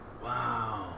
Wow